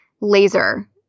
laser